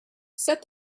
set